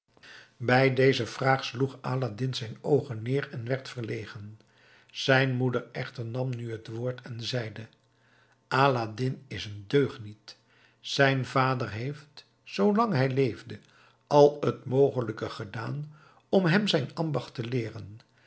bij deze vraag sloeg aladdin zijn oogen neer en werd verlegen zijn moeder echter nam nu het woord en zeide aladdin is een deugniet zijn vader heeft zoolang hij leefde al t mogelijke gedaan om hem zijn ambacht te leeren